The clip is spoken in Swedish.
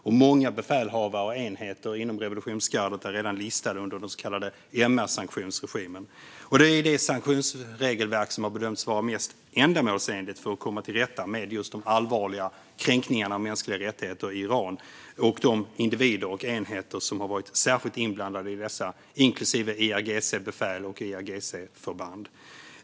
Och många befälhavare och enheter inom revolutionsgardet är redan listade under den så kallade MR-sanktionsregimen. Det är det sanktionsregelverk som har bedömts vara mest ändamålsenligt för att komma till rätta med just de allvarliga kränkningarna av mänskliga rättigheter i Iran och de individer och enheter som har varit särskilt inblandade i dessa, inklusive IRGC-befäl och IRGC-förband.